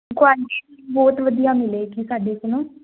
quality ਬਹੁਤ ਵਧੀਆ ਮਿਲੇਗੀ ਸਾਡੇ ਕੋਲੋਂ